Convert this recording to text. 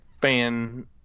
fan